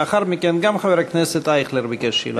לאחר מכן, גם חבר הכנסת אייכלר ביקש שאלה נוספת.